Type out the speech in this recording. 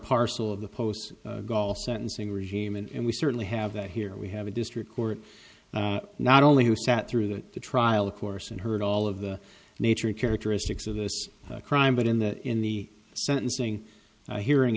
parcel of the post golf sentencing regime and we certainly have that here we have a district court not only who sat through the trial of course and heard all of the nature of characteristics of the crime but in the in the sentencing hearing